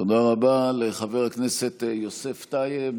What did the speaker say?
תודה רבה לחבר הכנסת יוסף טייב,